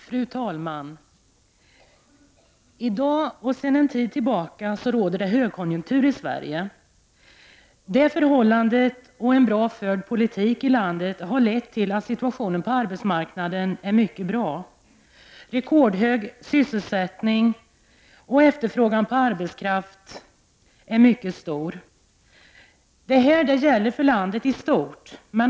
Fru talman! I dag och sedan en tid tillbaka råder det högkonjunktur i Sverige. Detta och det förhållandet att det förts en bra politik i landet har lett till att situationen på arbetsmarknaden är mycket bra. Sysselsättningen är rekordhög, och efterfrågan på arbetskraft är mycket stor. Detta gäller för landet i stort.